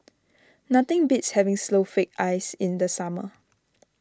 nothing beats having Snowflake Ice in the summer